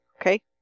Okay